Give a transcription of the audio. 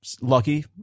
lucky